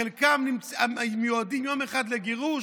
חלקם מיועדים יום אחד לגירוש.